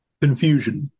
Confusion